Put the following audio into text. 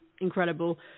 incredible